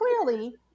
clearly